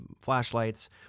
flashlights